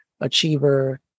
achiever